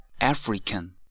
African